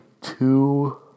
two